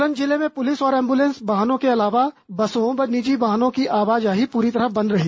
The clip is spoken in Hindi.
सोलन जिले में पुलिस और एम्बुलेंस वाहनों के अलावा बसों व निजी वाहनों की आवाजाही पूरी तरह बंद रही